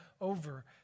over